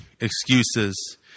excuses